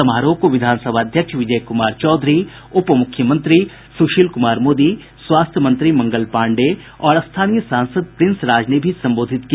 समारोह को विधानसभा अध्यक्ष विजय कुमार चौधरी उप मुख्यमंत्री सुशील कुमार मोदी स्वास्थ्य मंत्री मंगल पांडेय और स्थानीय सांसद प्रिंस राज ने भी संबोधित किया